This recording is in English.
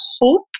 hope